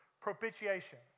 propitiation